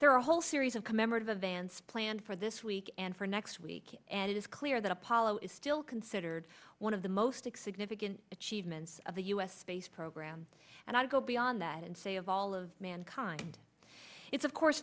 there are a whole series of commemorative advance planned for this week and for next week and it is clear that apollo is still considered one of the most exciting if i can achievements of the u s space program and i go beyond that and say of all of mankind it's of course